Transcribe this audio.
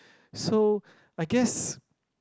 so I guess